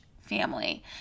family